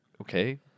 okay